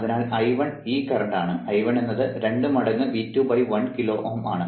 അതിനാൽ I1 ഈ current ആണ് I1 എന്നത് 2 മടങ്ങ് V21 കിലോ Ω ആണ്